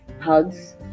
Hugs